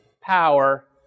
power